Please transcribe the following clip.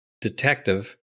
detective